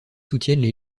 soutiennent